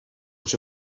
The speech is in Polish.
czy